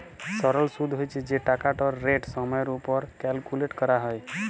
সরল সুদ্ হছে যে টাকাটর রেট সময়ের উপর ক্যালকুলেট ক্যরা হ্যয়